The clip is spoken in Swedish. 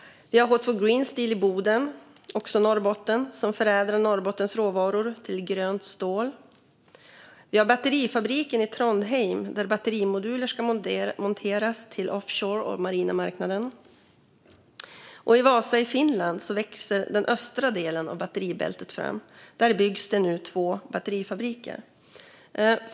Vi har H2 Green Steel i Boden, också i Norrbotten, som förädlar Norrbottens råvaror till grönt stål. Vi har batterifabriken i Trondheim, där batterimoduler ska monteras till offshoremarknaden och den marina marknaden. I Vasa i Finland växer den östra delen av batteribältet fram. Där byggs det nu två batterifabriker.